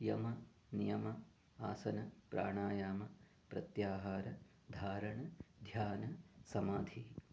यमः नियमः आसनः प्राणायामः प्रत्याहारः धारणा ध्यानं समाधिः